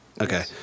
Okay